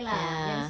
ya